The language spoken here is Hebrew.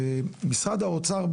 שמשרד האוצר,